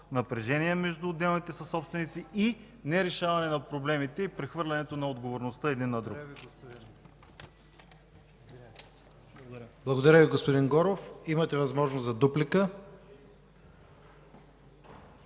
напрежение между отделните съсобственици и нерешаване на проблемите и прехвърляне не отговорността един на друг. ПРЕДСЕДАТЕЛ ИВАН К. ИВАНОВ: Благодаря Ви, господин Горов. Имате възможност за дуплика,